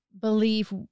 believe